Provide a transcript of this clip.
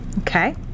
Okay